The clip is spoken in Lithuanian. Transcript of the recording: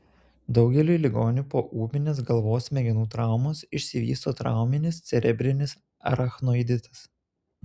daugeliui ligonių po ūminės galvos smegenų traumos išsivysto trauminis cerebrinis arachnoiditas